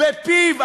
בפיו.